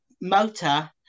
motor